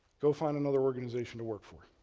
go find another organization to work for,